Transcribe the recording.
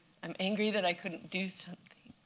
i'm angry that i couldn't do something.